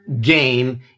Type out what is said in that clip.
game